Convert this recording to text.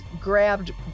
grabbed